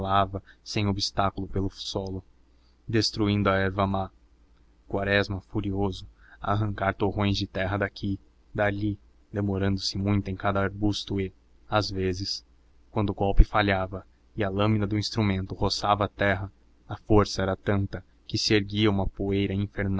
resvalava sem obstáculo pelo solo destruindo a erva má quaresma furioso a arrancar torrões de terra daqui dali demorando-se muito em cada arbusto e às vezes quando o golpe falhava e a lâmina do instrumento roçava a terra a força era tanta que se erguia uma poeira